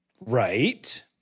Right